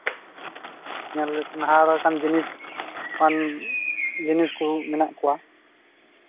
ᱧᱮᱞ ᱞᱮᱠᱟᱱ ᱦᱟᱦᱟᱲᱟᱜ ᱞᱮᱠᱟᱱ ᱡᱤᱱᱤᱥ ᱟᱨ ᱡᱤᱱᱤᱥ ᱠᱚ ᱢᱮᱱᱟᱜ ᱠᱚᱣᱟ